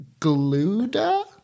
Gluda